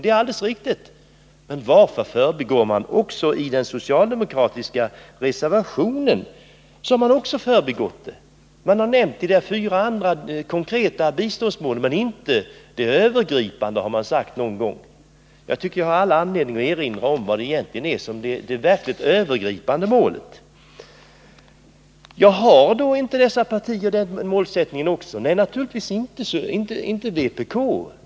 Det som sägs är alldeles riktigt. Men också i den socialdemokratiska reservationen har man förbigått det övergripande målet. Man har nämnt de fyra andra konkreta biståndsmålen, men det övergripande har man inte nämnt någon gång. Jag tycker att jag har all anledning att erinra om vad som är det verkligt övergripande målet. Är då inte dessa partier eniga om den målsättningen? Nej, naturligtvis inte när det gäller vpk.